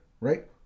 right